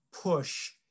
push